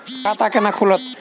खाता केना खुलत?